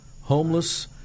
homeless